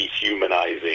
dehumanizing